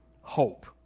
hope